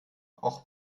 auch